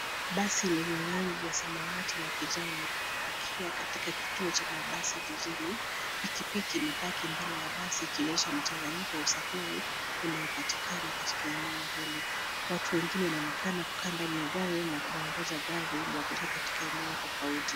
Basi lenye rangi ya samawati na kijani limepakia katika kituo cha mabasi jijini. Pikipiki imepaki mbele ya basi ikileta mchanganyiko wa usafiri unaopatikana katika eneo hili. Watu wengine wanaonekana kukaa ndani ya gari na wanaongoja gari ili iwapeleka katika eneo tofauti.